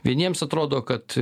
vieniems atrodo kad